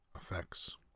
effects